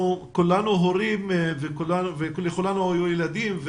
כולנו הורים ולכולנו יש ילדים,